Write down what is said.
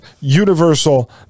universal